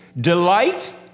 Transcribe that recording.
Delight